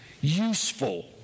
useful